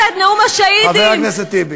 חבר הכנסת טיבי.